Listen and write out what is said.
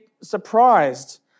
surprised